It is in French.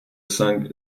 cinq